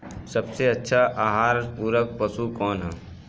सबसे अच्छा आहार पूरक पशु कौन ह?